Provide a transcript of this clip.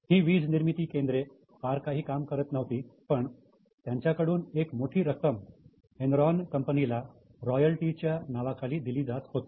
ही वीज निर्मिती केंद्रे फार काही काम करत नव्हती पण त्यांच्याकडून एक मोठी रक्कम एनरॉन कंपनीला रॉयल्टी च्या नावाखाली दिली जात होती